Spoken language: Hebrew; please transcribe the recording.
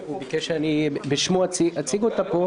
הוא ביקש שאני בשמו אציג אותה פה.